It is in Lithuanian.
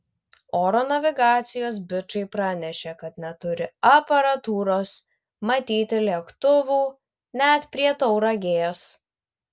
oro navigacijos bičai pranešė kad neturi aparatūros matyti lėktuvų net prie tauragės